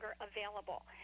available